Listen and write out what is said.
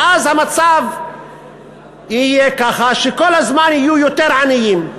ואז המצב יהיה ככה שכל הזמן יהיו יותר עניים.